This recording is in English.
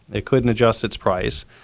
it couldn't adjust its price.